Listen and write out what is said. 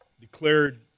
declared